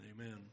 amen